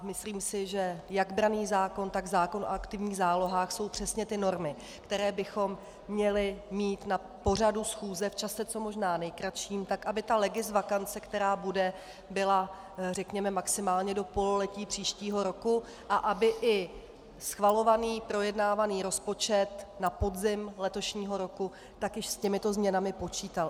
Myslím si, že jak branný zákon, tak zákon o aktivních zálohách jsou přesně normy, které bychom měli mít na pořadu schůze v čase co možná nejkratším, aby legisvakance, která bude, byla, řekněme, maximálně do pololetí příštího roku a aby i schvalovaný projednávaný rozpočet na podzim letošního roku s těmito změnami již počítal.